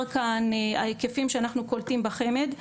כאן ההיקפים שאנחנו קולטים בחמ"ד.